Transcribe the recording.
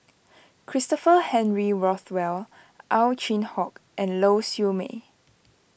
Christopher Henry Rothwell Ow Chin Hock and Lau Siew Mei